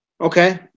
Okay